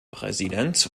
präsident